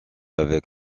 avec